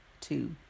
two